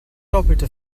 doppelte